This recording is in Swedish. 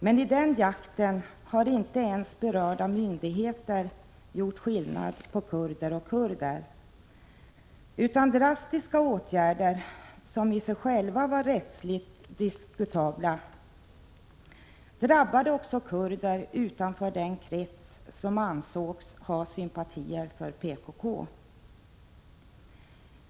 Men i den jakten har inte ens berörda myndigheter gjort skillnad på kurder och kurder, utan drastiska åtgärder — som i sig själva var rättsligt diskutabla — drabbade också kurder utanför den krets som ansågs ha sympatier för PKK.